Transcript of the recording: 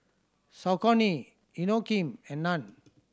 Saucony Inokim and Nan